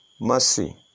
mercy